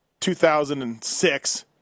2006